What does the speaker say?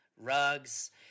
Rugs